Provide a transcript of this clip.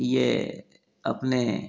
ये अपने